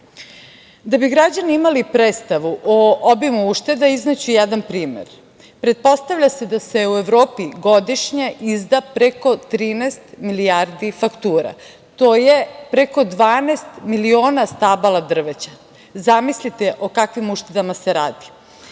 bi građani imali predstavu o obimu uštede, izneću jedan primer. Pretpostavlja se da se u Evropi godišnje izda preko 13 milijardi faktura. To je preko 12 miliona stabala drveća. Zamislite o kakvim uštedama se radi. Osim